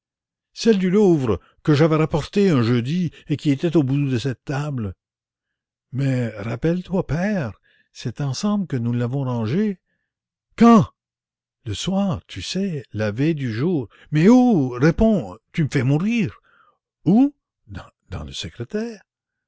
celle du louvre que j'avais rapportée un jeudi et qui était au bout de cette table mais rappelle-toi père c'est ensemble que nous l'avons rangée où réponds tu me fais mourir où mais dans le secrétaire